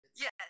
Yes